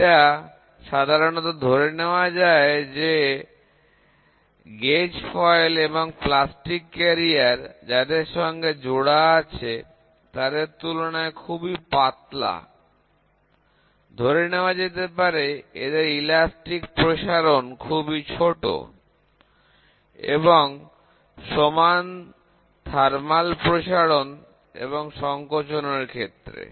এটা সাধারণত ধরে নেওয়া হয় যে গেজ ফয়েল এবং প্লাস্টিকের বাহক যাদের সঙ্গে জোড়া আছে তাদের তুলনায় খুবই পাতলা ধরে নেওয়া যেতে পারে এদের স্থিতিস্থাপক প্রসারণ খুবই ছোট এবং সমান থার্মাল প্রসারণ এবং সংকোচন এর ক্ষেত্রে